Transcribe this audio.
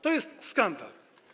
To jest skandal.